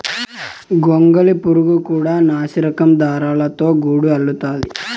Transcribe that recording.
గొంగళి పురుగు కూడా నాసిరకం దారాలతో గూడు అల్లుతాది